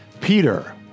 Peter